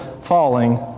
falling